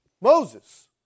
Moses